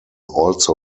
also